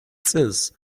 წელს